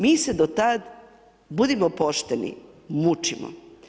Mi se do tad, budimo pošteni, mučimo.